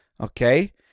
Okay